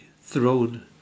throne